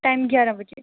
time ग्यारह बजे